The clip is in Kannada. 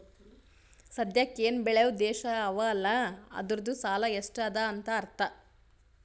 ಸದ್ಯಾಕ್ ಎನ್ ಬೇಳ್ಯವ್ ದೇಶ್ ಅವಾ ಅಲ್ಲ ಅದೂರ್ದು ಸಾಲಾ ಎಷ್ಟ ಅದಾ ಅಂತ್ ಅರ್ಥಾ